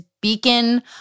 beacon